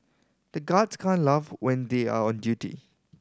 the guards can laugh when they are on duty